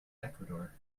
ecuador